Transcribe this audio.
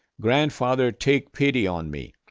grandfather take pity on me.